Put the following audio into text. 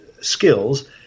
skills